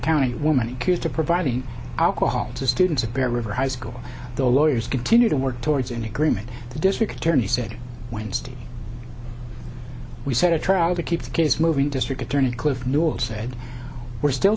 county woman accused of providing alcohol to students at bear river high school the lawyers continue to work towards an agreement the district attorney said wednesday we set a trial to keep the case moving district attorney cliff newell said we're still